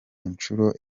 inshuro